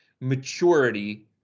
maturity